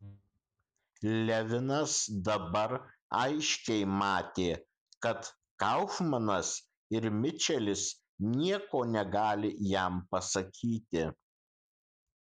levinas dabar aiškiai matė kad kaufmanas ir mičelis nieko negali jam pasakyti